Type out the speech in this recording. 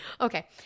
okay